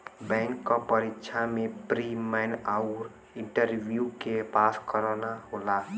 bank क परीक्षा में प्री, मेन आउर इंटरव्यू के पास करना होला